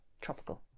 tropical